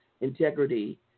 integrity